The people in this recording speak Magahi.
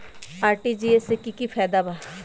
आर.टी.जी.एस से की की फायदा बा?